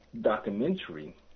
documentary